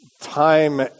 time